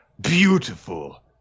Beautiful